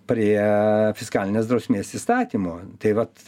prie fiskalinės drausmės įstatymo tai vat